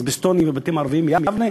האזבסטונים והבתים הערביים ביבנה,